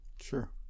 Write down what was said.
sure